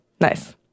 Nice